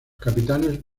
capitanes